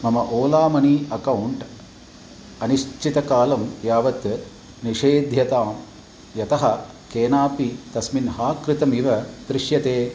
मम Ola money account अनिश्चितकालं यावत् निषेध्यताम् यतः केनापि तस्मिन् हाक् कृतम् इव दृश्यते